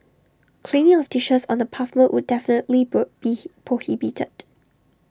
cleaning of dishes on the pavement would definitely be prohibited